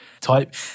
type